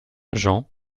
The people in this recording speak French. jean